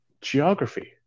geography